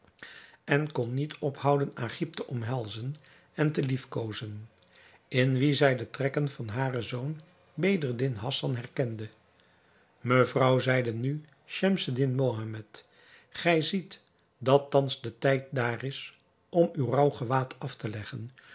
en kon niet ophouden agib te omhelzen en te liefkozen in wien zij de trekken van haren zoon bedreddin hassan herkende mevrouw zeide nu schemseddin mohammed gij ziet dat thans de tijd daar is om uw rouwgewaad af te leggen